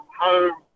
home